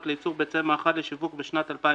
לייצור ביצי מאכל לשיווק בשנת 2016),